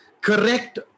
correct